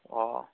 ꯑꯣ